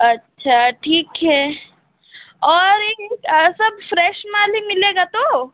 अच्छा ठीक है और एक सब फ्रेस माल ही मिलेगा तो